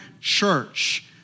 church